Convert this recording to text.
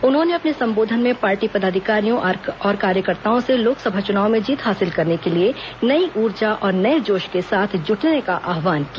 उन्होंने अपने संबोधन में पार्टी पदाधिकारियों और कार्यकर्ताओं से लोकसभा चुनाव में जीत हासिल करने के लिए नई ऊर्जा और नए जोश के साथ जुटने का आव्हान किया